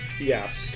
Yes